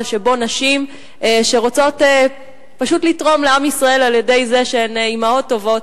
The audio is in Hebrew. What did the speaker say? שנשים שרוצות פשוט לתרום לעם ישראל על-ידי זה שהן אמהות טובות,